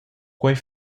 quei